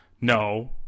No